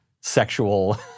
sexual